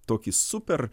tokį super